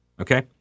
Okay